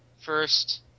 first